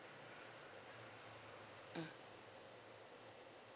mm